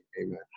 Amen